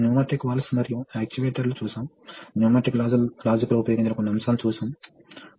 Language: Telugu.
ఎక్స్టెన్షన్ మరియు రిట్రాక్షన్ సమయంలో సిలిండర్ యొక్క వేగం సమానంగా ఉంటుందా